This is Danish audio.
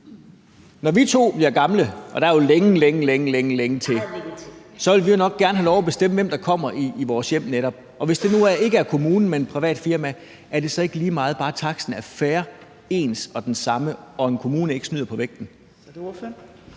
Når vi to bliver gamle, og der er jo længe, længe til, vil vi nok gerne have lov til at bestemme, hvem der netop kommer i vores hjem, og hvis nu ikke det er kommunen, men et privat firma, er det så ikke lige meget, bare taksten er fair, ens og den samme og en kommune ikke snyder på vægten?